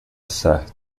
certa